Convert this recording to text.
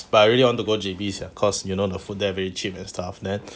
but I really want to go J_B is cause you know the food there very cheap and stuff then